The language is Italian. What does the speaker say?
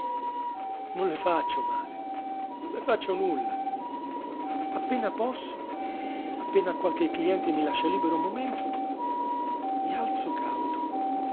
non le faccio male non le faccio nulla appena posso appena qualche cliente mi lascia libero un momento mi alzo cauto